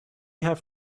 have